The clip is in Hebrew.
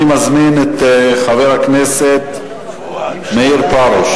אני מזמין את חבר הכנסת מאיר פרוש.